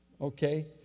Okay